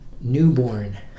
newborn